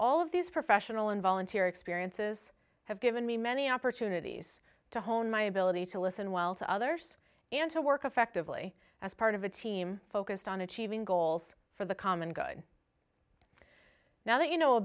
all of these professional and volunteer experiences have given me many opportunities to hone my ability to listen well to others and to work effectively as part of a team focused on achieving goals for the common good now that you know a